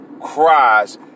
Cries